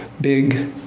big